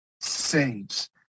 saves